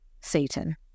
Satan